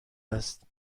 است